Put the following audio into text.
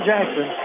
Jackson